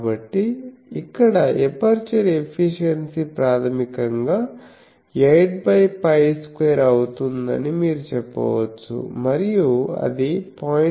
కాబట్టి ఇక్కడ aperture efficiency ప్రాథమికంగా 8π2 అవుతుందని మీరు చెప్పవచ్చు మరియు అది 0